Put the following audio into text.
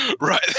right